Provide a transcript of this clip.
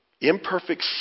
imperfect